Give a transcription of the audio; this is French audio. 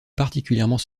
particulièrement